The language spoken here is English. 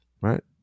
Right